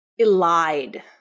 elide